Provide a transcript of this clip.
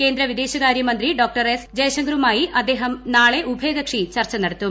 കേന്ദ്ര വിദേശകാരൃമന്ത്രി Dr S ജയ്ശങ്കറുമായി അദ്ദേഹം നാളെ ഉഭയുകക്ഷി ചർച്ച നടത്തും